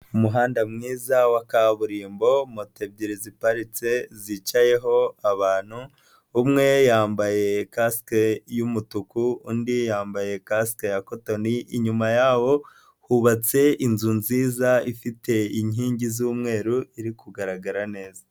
Umuhanda mwiza wa kaburimbo moto ebyiri ziparitse zicayeho abantu umwe yambaye kasike y'umutuku undi yambaye kasike ya koto inyuma yabo hubatse inzu nziza ifite inkingi z'umweru iri kugaragara neza.